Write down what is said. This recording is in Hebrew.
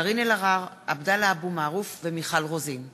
קארין אלהרר, עבדאללה אבו מערוף ומיכל רוזין.